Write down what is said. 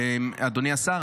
אדוני השר,